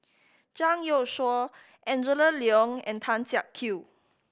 Zhang Youshuo Angela Liong and Tan Siak Kew